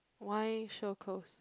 why sure close